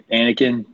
Anakin